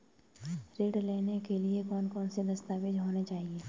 ऋण लेने के लिए कौन कौन से दस्तावेज होने चाहिए?